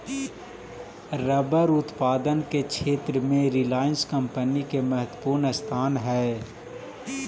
rubber उत्पादन के क्षेत्र में रिलायंस कम्पनी के महत्त्वपूर्ण स्थान हई